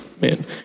Man